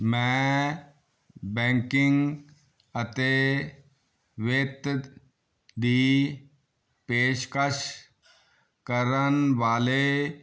ਮੈਂ ਬੈਂਕਿੰਗ ਅਤੇ ਵਿੱਤ ਦੀ ਪੇਸ਼ਕਸ਼ ਕਰਨ ਵਾਲੇ